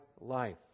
life